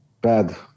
bad